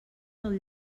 del